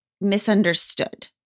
misunderstood